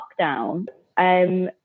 lockdown